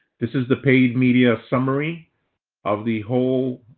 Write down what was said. this is the paid media summary of the whole